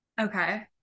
Okay